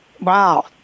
Wow